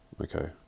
Okay